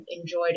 enjoyed